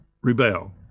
rebel